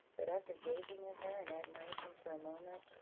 that, after gazing at her in admiration for a moment,